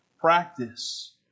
practice